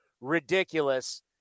ridiculous